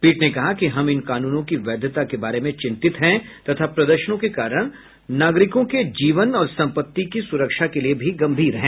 पीठ ने कहा कि हम इन कानूनों की वैधता के बारे में चिंतित हैं तथा प्रदर्शनों के कारण नागरिकों के जीवन और सम्पत्ति की सुरक्षा के लिए भी गंभीर हैं